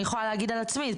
אני יכולה להגיד על עצמי,